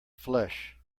flesh